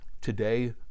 Today